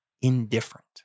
indifferent